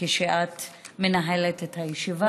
כשאת מנהלת את הישיבה.